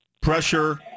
pressure